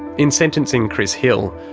in sentencing chris hill,